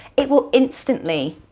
it will instantly,